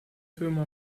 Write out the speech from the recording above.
firma